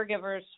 caregivers